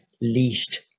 least